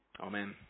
Amen